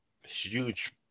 huge